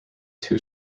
two